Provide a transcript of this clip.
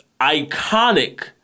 iconic